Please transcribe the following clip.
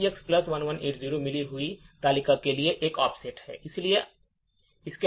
ECX 1180 मिली हुई तालिका के लिए एक ऑफसेट है